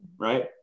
right